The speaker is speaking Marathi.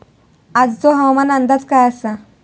आजचो हवामान अंदाज काय आसा?